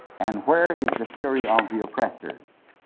and where is the fury of the oppressor?